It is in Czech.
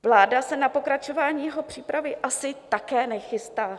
Vláda se na pokračování jeho přípravy asi také nechystá.